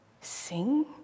sing